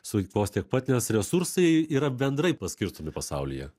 sueikvos tiek pat nes resursai yra bendrai paskirstomi pasaulyje